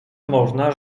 można